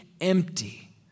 empty